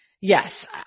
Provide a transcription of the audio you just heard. yes